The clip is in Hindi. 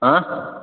हाँ